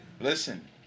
listen